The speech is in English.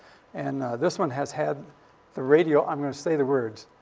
and this one has had the radio i'm going to say the words.